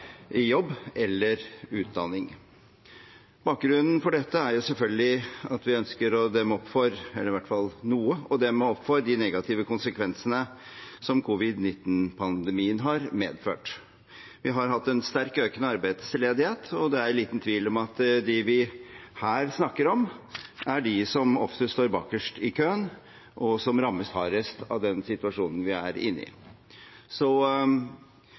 i jobb eller utdanning. Bakgrunnen for dette er selvfølgelig at vi ønsker å demme opp for, eller i hvert fall å demme noe opp for, de negative konsekvensene som covid-19-pandemien har medført. Vi har hatt en sterkt økende arbeidsledighet, og det er liten tvil om at dem vi her snakker om, er de som oftest står bakerst i køen, og som rammes hardest av den situasjonen vi er